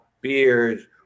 beers